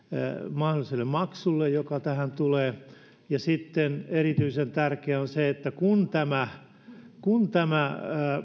mahdolliselle maksulle joka tähän tulee erityisen tärkeää on se että kun tämä kun tämä